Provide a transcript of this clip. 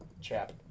chap